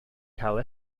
cael